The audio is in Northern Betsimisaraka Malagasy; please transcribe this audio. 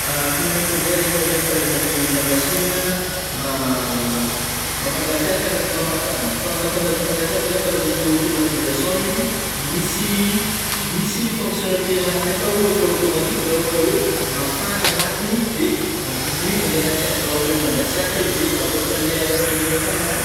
Climatiseur, igny ma zegny karazagny lamasina a ma mampangatsiaka ndraiky mampafagna fô ny mahatônga anazy mampangatsiaka zao karazany oe automatisation izy, misy- misy fonctionnalités agnatiny akao efa automatique rah ôhatra oe mafagna agnatiny de ampidirigny le hatsiaka ra ôhatra oe mangatsiaka izy de aboakanle araiky ny hafagnana.